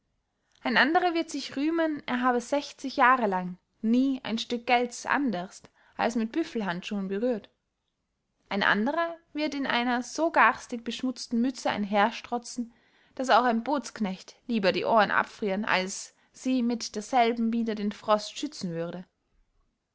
ein anderer wird sich rühmen er habe sechzig jahre lang nie ein stück gelds anderst als mit büffelhandschuen berührt ein anderer wird in einer so garstig beschmutzten mütze einherstrotzen daß auch ein bootsknecht lieber die ohren abfrieren als sie mit derselben wider den frost schützen würde